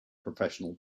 professional